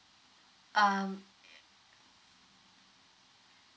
um